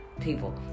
people